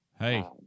Hey